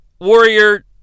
Warrior